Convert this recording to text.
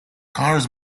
cars